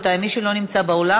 רבותי: מי שלא נמצא באולם,